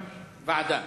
ועדה.